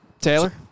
Taylor